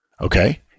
okay